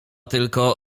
tylko